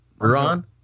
Ron